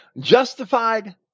justified